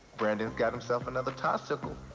brandon's got himself another tiesicle.